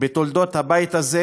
בתולדות הבית הזה,